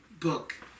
book